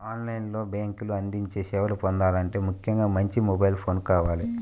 on line లో బ్యేంకులు అందించే సేవలను పొందాలంటే ముఖ్యంగా మంచి మొబైల్ ఫోన్ కావాలి